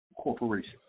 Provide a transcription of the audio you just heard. corporation